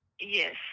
Yes